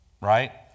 right